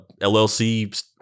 LLC